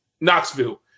Knoxville